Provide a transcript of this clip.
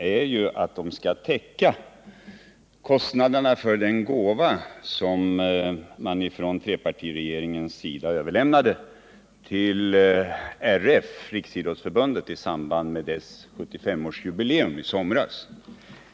Dessa pengar skall täcka kostnaderna för den gåva som trepartiregeringen överlämnade till Riksidrottsförbundet i samband med dess jubileum i somras.